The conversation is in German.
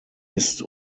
ist